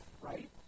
right